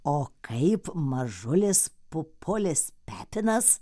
o kaip mažulis pupulis pepinas